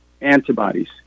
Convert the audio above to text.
antibodies